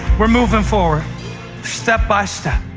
we're moving forward step-by-step.